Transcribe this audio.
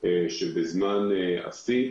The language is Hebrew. שבזמן השיא,